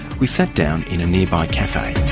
we sat down in a nearby cafe.